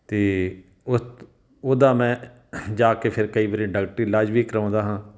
ਅਤੇ ਉਸ ਉਹਦਾ ਮੈਂ ਜਾ ਕੇ ਫਿਰ ਕਈ ਵਾਰੀ ਡਾਕਟਰੀ ਇਲਾਜ ਵੀ ਕਰਵਾਉਂਦਾ ਹਾਂ